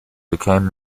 became